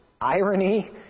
irony